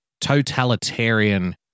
totalitarian